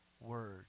word